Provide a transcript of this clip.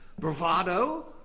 bravado